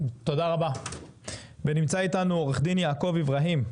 נמצא איתנו עורך דין יעקוב איברהים,